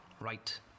right